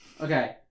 Okay